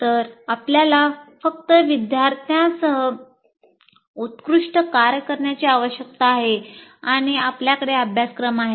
तर आपल्याला फक्त विद्यार्थ्यांसह उत्कृष्ट कार्य करण्याची आवश्यकता आहे आणि आपल्याकडे अभ्यासक्रम आहे